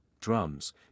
drums